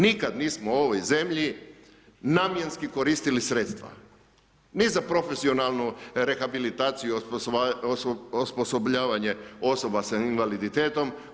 Nikada nismo u ovoj zemlji namjenski koristili sredstva, ni za profesionalnu rehabilitaciju i osposobljavanje osoba sa invaliditetom.